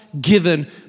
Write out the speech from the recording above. given